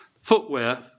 footwear